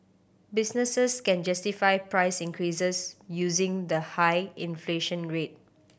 businesses can justify price increases using the high inflation rate